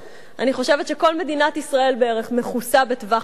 אני חושבת שנכון לעכשיו כל מדינת ישראל מכוסה בטווח הטילים.